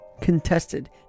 contested